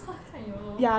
!wah! 这样 yolo